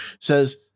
says